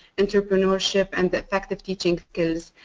entrepreneurship and effective teaching skills.